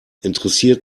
interessiert